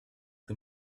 the